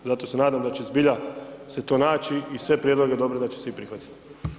Zato se nadam da će zbilja se to naći i sve prijedloge dobre da će svi prihvatiti.